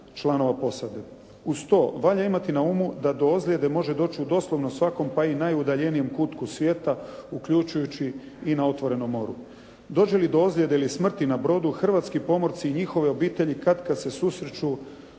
članova posade. Uz to valja imati na umu da do ozljede može doći u doslovno svakom pa i najudaljenijem kutku svijeta uključujući i na otvorenom moru. Dođe li do ozljede ili smrti na brodu hrvatski pomorci i njihove obitelji katkad se susreću